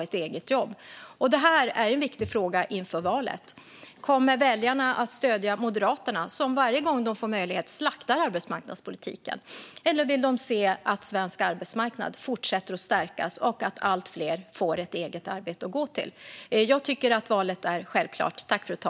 Det här är en viktig fråga inför valet. Kommer väljarna att stödja Moderaterna, som varje gång de får möjlighet slaktar arbetsmarknadspolitiken? Eller vill väljarna se att svensk arbetsmarknad fortsätter att stärkas och att allt fler får ett eget arbete att gå till? Jag tycker att valet är självklart.